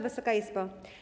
Wysoka Izbo!